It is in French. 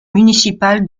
municipale